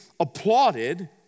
applauded